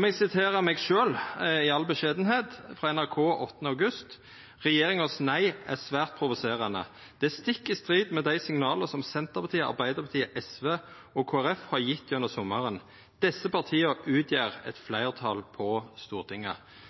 meg sitera meg sjølv – i all beskjedenheit – frå NRK 8. august: «Regjeringens nei er svært provoserende. Det er stikk i strid med de signalene som Sp, Ap, SV og KrF har gitt gjennom sommeren. Disse partiene utgjør et flertall på Stortinget.»